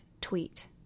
tweet